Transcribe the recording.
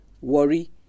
worry